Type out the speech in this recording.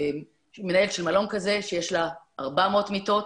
שיש לה 400 מיטות,